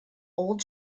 old